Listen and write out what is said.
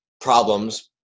problems